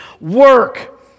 work